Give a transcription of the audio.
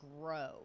grow